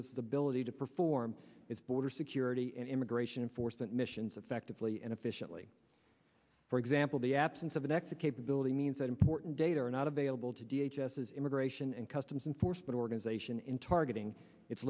the ability to perform its border security and immigration enforcement missions effectively and efficiently for example the absence of an exit capability means that important data are not available to d h s s immigration and customs enforcement organization in targeting it